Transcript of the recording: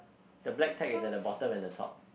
the black tag is at the bottom and the top